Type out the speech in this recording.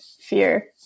fear